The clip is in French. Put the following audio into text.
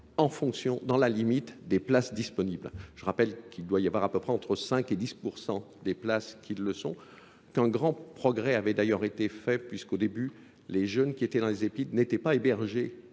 en fonction, dans la limite, des places disponibles. Je rappelle qu'il doit y avoir à peu près entre 5 et 10% des places qui le sont. qu'un grand progrès avait d'ailleurs été fait puisqu'au début les jeunes qui étaient dans les épides n'étaient pas hébergés